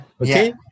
Okay